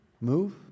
move